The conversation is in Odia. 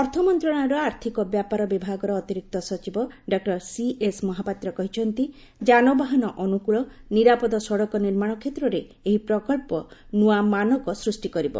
ଅର୍ଥ ମନ୍ତ୍ରଣାଳୟର ଆର୍ଥିକ ବ୍ୟାପାର ବିଭାଗର ଅତିରିକ୍ତ ସଚିବ ଡକ୍ଟର ସିଏସ୍ ମହାପାତ୍ର କହିଛନ୍ତି ଯାନବାହନ ଅନୁକୂଳ ନିରାପଦ ସଡ଼କ ନିର୍ମାଣ କ୍ଷେତ୍ରରେ ଏହି ପ୍ରକଳ୍ପ ନୂଆ ମାନକ ସୃଷ୍ଟି କରିବ